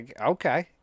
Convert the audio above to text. Okay